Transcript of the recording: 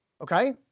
Okay